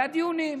היו דיונים,